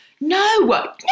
No